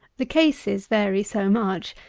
the cases vary so much,